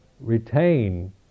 retain